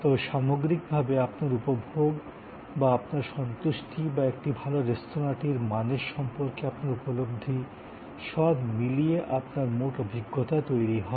তবে সামগ্রিকভাবে আপনার উপভোগ বা আপনার সন্তুষ্টি বা একটি ভাল রেস্তোঁরাটির মানের সম্পর্কে আপনার উপলব্ধি সব মিলিয়ে আপনার মোট অভিজ্ঞতা তৈরী হয়